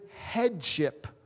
headship